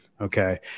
Okay